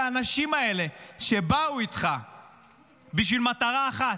לאנשים האלה שבאו איתך במטרה אחת: